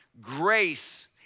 grace